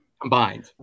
Combined